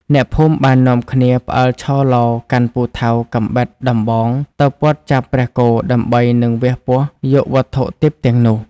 អ្នកភូមិបាននាំគ្នាផ្អើលឆោឡោ កាន់ពូថៅ កាំបិត ដំបង ទៅព័ទ្ធចាប់ព្រះគោដើម្បីនឹងវះពោះយកវត្ថុទិព្វទាំងនោះ ។